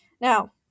Now